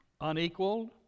unequaled